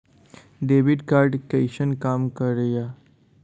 Debit card कैसन काम करेया?